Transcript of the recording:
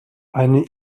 eine